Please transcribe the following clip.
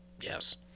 Yes